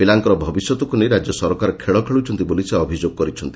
ପିଲାଙ୍କର ଭବିଷ୍ୟତକୁ ନେଇ ରାଜ୍ୟ ସରକାର ଖେଳ ଖେଳୁଛନ୍ତି ବୋଲି ସେ ଅଭିଯୋଗ କରିଛନ୍ତି